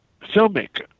filmmaker